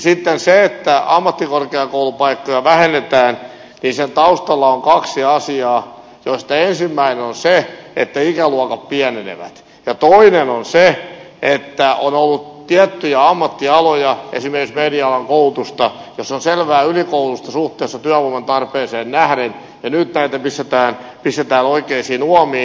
sitten siinä että ammattikorkeakoulupaikkoja vähennetään taustalla on kaksi asiaa joista ensimmäinen on se että ikäluokat pienenevät ja toinen on se että on ollut tiettyjä ammattialoja esimerkiksi media alan koulutusta jossa on selvää ylikoulutusta suhteessa työvoiman tarpeeseen nähden ja nyt näitä pistetään oikeisiin uomiin